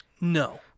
No